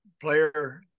player